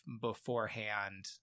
beforehand